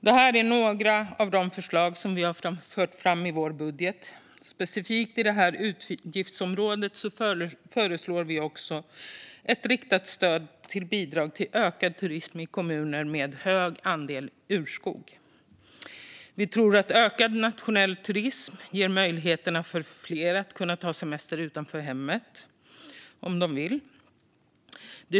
Detta är några av de förslag vi har fört fram i vår budget. Specifikt på detta utgiftsområde föreslår vi även ett riktat stöd till bidrag till ökad turism i kommuner med hög andel urskog. Vi tror att en ökad nationell turism ger möjlighet för fler att ta semester utanför hemmet om de vill det.